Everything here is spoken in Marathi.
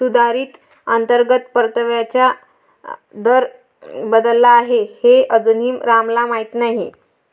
सुधारित अंतर्गत परताव्याचा दर बदलला आहे हे अजूनही रामला माहीत नाही